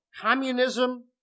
communism